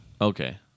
Okay